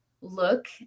look